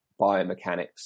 biomechanics